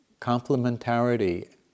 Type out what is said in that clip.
Complementarity